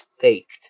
faked